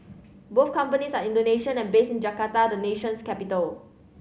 both companies are Indonesian and based in Jakarta the nation's capital